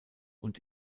und